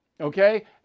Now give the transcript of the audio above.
okay